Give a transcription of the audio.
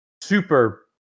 Super